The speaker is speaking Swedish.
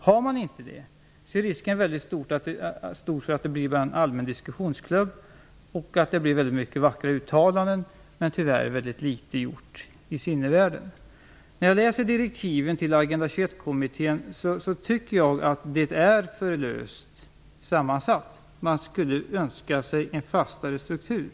Har man inte ett sådant, är det stor risk att det bara blir en allmän diskussionsklubb med många vackra uttalanden och att tyvärr mycket litet blir gjort i sinnevärlden. När jag läser direktiven till Agenda 21-kommittén tycker jag att de är för löst sammansatta. Man skulle önska sig en fastare struktur.